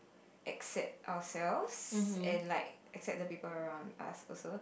accept ourselves and like accept the people around us also